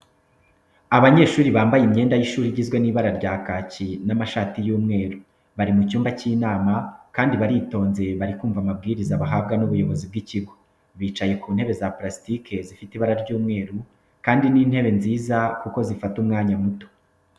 Abanyeshuri bambaye imyenda y'ishuri igizwe n'ibara rya kaki n'amashati y'umweru, bari mu cyumba cy'inama kandi baritonze bari kumva amabwirizwa bahabwa n'ubuyobozi bw'ikigo. Bicaye ku ntebe za pulasitike zifite ibara ry'umweru kandi ni intebe nziza kuko zifata umwanya muto.